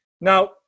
Now